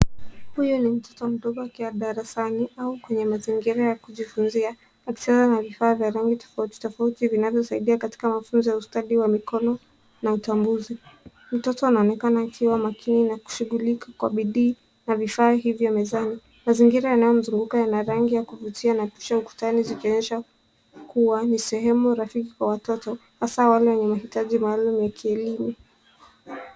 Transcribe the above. Huyu ni mtoto aliyeko darasani au katika mazingira ya kujifunzilia. Ameunganishwa na vifaa vya rangi vinavyomsaidia kukuza ustadi wa mikono na utambuzi. Mtoto anashughulika kwa makini na kwa bidii na vifaa hivyo mezani. Mazingira yana rangi zinazovutia na kuta zimetengenezwa ili kuwa sehemu rafiki kwa watoto, zikizingatia mahitaji maalumu ya kielimu